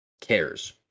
cares